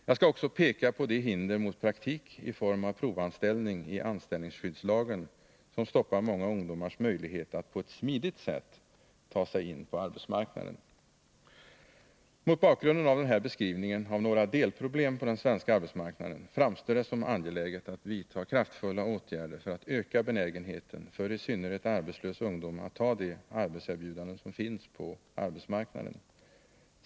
Jag skall också peka på de hinder i anställningsskyddslagen mot praktik i form av provanställning som stoppar många ungdomars möjlighet att på ett smidigt sätt ta sig in på arbetsmarknaden. Mot bakgrund av den här beskrivningen av några delproblem på den svenska arbetsmarknaden framstår det som angeläget att vidta kraftfulla åtgärder för att öka benägenheten för i synnerhet arbetslös ungdom att ta de arbetserbjudanden som finns på arbetsmarknaden.